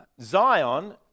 Zion